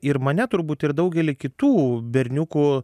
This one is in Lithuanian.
ir mane turbūt ir daugelį kitų berniukų